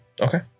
Okay